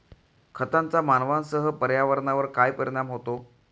खतांचा मानवांसह पर्यावरणावर काय परिणाम होतो?